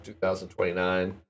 2029